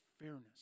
fairness